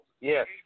Yes